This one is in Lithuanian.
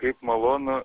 kaip malonu